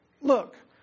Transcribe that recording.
Look